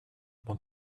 want